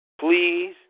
please